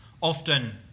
often